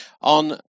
On